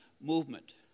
movement